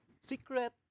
secret